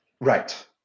Right